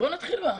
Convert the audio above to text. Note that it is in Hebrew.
בואו נתחיל בה.